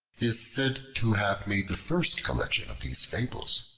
is said to have made the first collection of these fables.